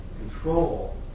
control